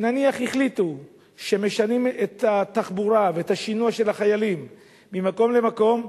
נניח החליטו שמשנים את התחבורה ואת השינוע של החיילים ממקום למקום,